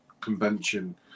convention